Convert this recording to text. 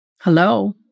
Hello